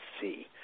see